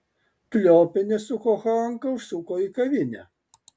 pliopienė su kochanka užsuko į kavinę